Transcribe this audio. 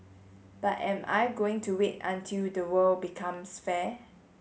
but am I going to wait until the world becomes fair